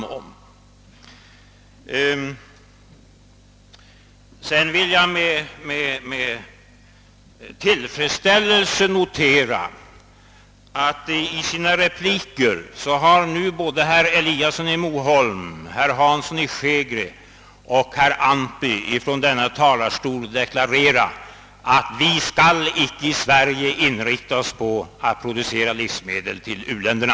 Jag noterar med tillfredsställelse att i sina repliker har nu både herr Eliasson i Moholm, herr Hansson i Skegrie och herr Antby från denna talarstol deklarerat att vi i Sverige inte skall inrikta oss på att producera livsmedel för u-länderna.